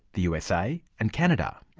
the usa and canada?